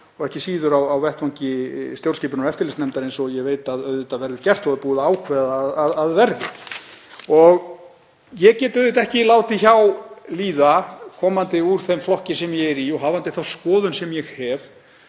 og ekki síður á vettvangi stjórnskipunar- og eftirlitsnefndar, eins og ég veit að auðvitað verður gert og er búið að ákveða að verði. Ég get ekki látið hjá líða, komandi úr þeim flokki sem ég er í og hafandi þá skoðun sem ég hef,